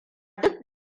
duk